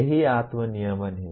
यही आत्म नियमन है